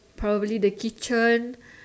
probably the kitchen